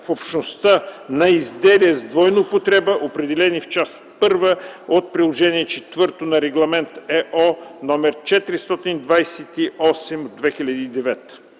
в Общността на изделия с двойна употреба, определени в Част 1 от Приложение ІV на Регламент (ЕО) № 428/2009.”